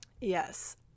yes